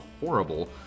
horrible